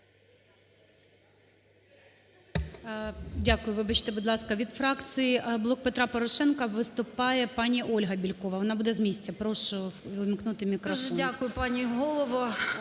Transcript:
Дякую. Вибачте, будь ласка. Від фракції "Блок Петра Порошенка" виступає пані Ольга Бєлькова, вона буде з місця. Прошу увімкнути мікрофон. 12:53:44